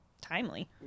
timely